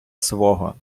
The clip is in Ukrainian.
свого